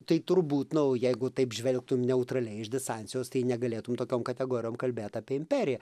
tai turbūt nu jeigu taip žvelgtum neutraliai iš distancijos tai negalėtum tokiom kategorijom kalbėt apie imperiją